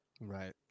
Right